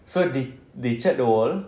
so they they cat the wall